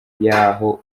y’aho